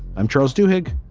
i'm charles duhigg.